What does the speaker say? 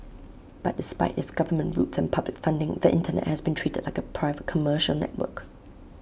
but despite its government roots in public funding the Internet has been treated like A private commercial network